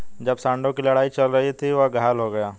जब सांडों की लड़ाई चल रही थी, वह घायल हो गया